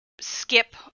skip